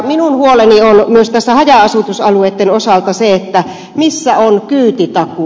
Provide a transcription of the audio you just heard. minun huoleni on myös haja asutusalueitten osalta se missä on kyytitakuu